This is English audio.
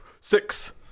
Six